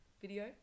video